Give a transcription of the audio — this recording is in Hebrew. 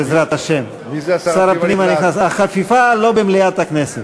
בעזרת השם, החפיפה לא במליאת הכנסת.